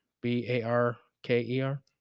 B-A-R-K-E-R